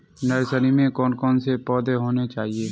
Nursery में कौन कौन से पौधे होने चाहिए?